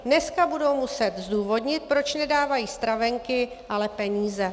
Dneska budou muset zdůvodnit, proč nedávají stravenky, ale peníze.